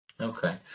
Okay